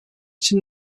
için